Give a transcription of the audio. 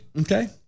Okay